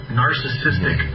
narcissistic